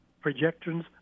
projections